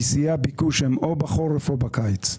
כי שיאי הביקוש הם או בחורף או בקיץ.